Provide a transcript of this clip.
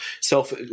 self